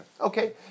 Okay